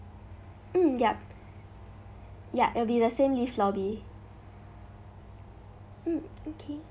mm yup yup it'll be the same lift lobby mm okay